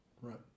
right